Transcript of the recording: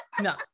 No